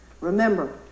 Remember